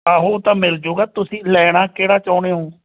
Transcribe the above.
ਆਹੋ ਉਹ ਤਾਂ ਮਿਲ ਜਾਵੇਗਾ ਤੁਸੀਂ ਲੈਣਾ ਕਿਹੜਾ ਚਾਹੁੰਦੇ ਹੋ